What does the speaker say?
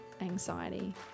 anxiety